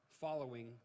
following